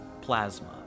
Plasma